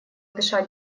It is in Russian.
дыша